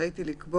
רשאית היא לקבוע,